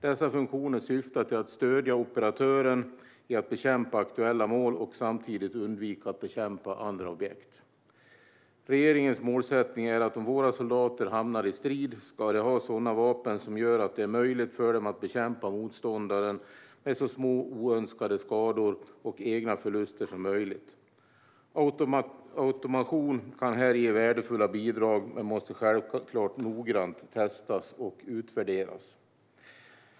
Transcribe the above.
Dessa funktioner syftar till att stödja operatören i att bekämpa aktuella mål och samtidigt undvika att bekämpa andra objekt. Regeringens målsättning är att om våra soldater hamnar i strid ska de ha sådana vapen som gör det möjligt för dem att bekämpa motståndaren med så små oönskade skador och egna förluster som möjligt. Automation kan här ge värdefulla bidrag men måste självklart noggrant testas och utvärderas.